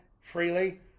freely